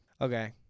Okay